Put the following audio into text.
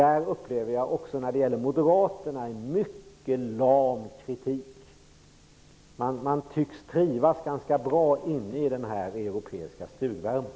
Där upplever jag en mycket lam kritik från Moderaterna, som tycks trivas ganska bra i den europeiska stugvärmen.